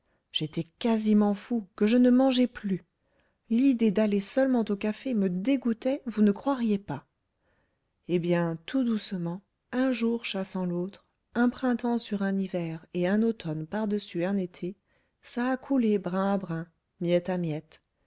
j'étais quasiment fou que je ne mangeais plus l'idée d'aller seulement au café me dégoûtait vous ne croiriez pas eh bien tout doucement un jour chassant l'autre un printemps sur un hiver et un automne par-dessus un été ça a coulé brin à brin miette à miette